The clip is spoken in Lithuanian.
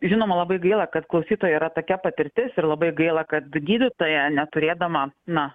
žinoma labai gaila kad klausytojui yra tokia patirtis ir labai gaila kad gydytoja neturėdama na